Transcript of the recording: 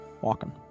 walking